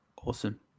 Awesome